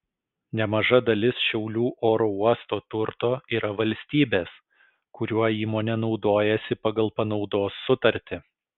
nemaža dalis šiaulių oro uosto turto yra valstybės kuriuo įmonė naudojasi pagal panaudos sutartį